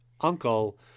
uncle